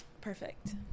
Perfect